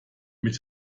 mit